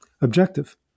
objective